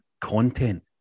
content